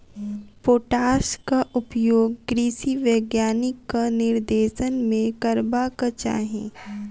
पोटासक उपयोग कृषि वैज्ञानिकक निर्देशन मे करबाक चाही